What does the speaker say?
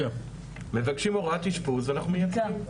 מבקשים הוראת אשפוז, אנחנו מיישמים.